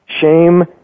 Shame